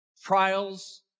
Trials